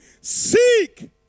Seek